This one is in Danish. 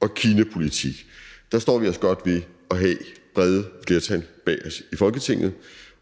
og kinapolitik, står vi os godt ved at have brede flertal bag os i Folketinget,